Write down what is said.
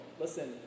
listen